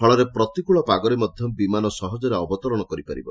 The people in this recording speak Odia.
ଫଳରେ ପ୍ରତିକୁଳ ପାଗରେ ମଧ୍ଧ ବିମାନ ସହଜରେ ଅବତରଣ କରିପାରିବ